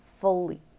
fully